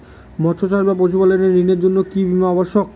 মৎস্য চাষ বা পশুপালন ঋণের জন্য কি বীমা অবশ্যক?